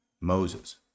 Moses